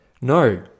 No